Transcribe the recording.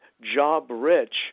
job-rich